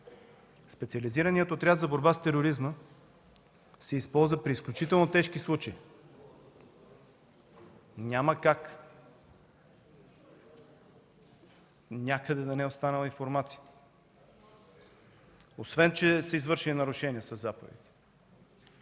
Специализираният отряд за борба с тероризма се използва при изключително тежки случаи. Няма как някъде да не е останала информация, освен че са извършени нарушения със заповеди.